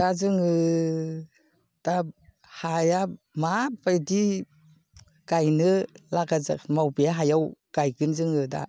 दा जोङो दा हाया मा बायदि गायनो लागा जागोन माबे हायाव गायगोन जोङो दा